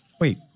Wait